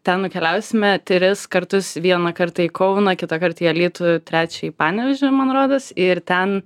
ten nukeliausime tris kartus vieną kartą į kauną kitąkart į alytų trečią į panevėžį man rodos ir ten